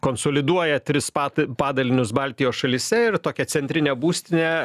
konsoliduoja tris pat padalinius baltijos šalyse ir tokią centrinę būstinę